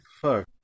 Fuck